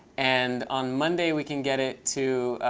and on monday, we can get it to